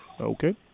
Okay